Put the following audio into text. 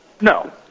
No